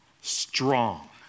strong